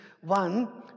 One